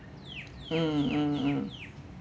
mm mm mm